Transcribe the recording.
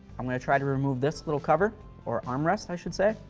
i'm going to try to remove this little cover or armrest, i should say.